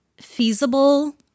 feasible